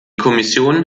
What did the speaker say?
kommission